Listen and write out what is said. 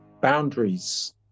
boundaries